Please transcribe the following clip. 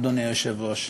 אדוני היושב-ראש.